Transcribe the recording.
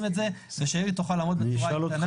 את זה והיא תוכל לעמוד בצורה איתנה.